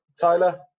Tyler